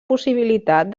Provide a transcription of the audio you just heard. possibilitat